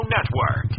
Network